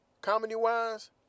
comedy-wise